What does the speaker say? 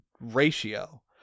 ratio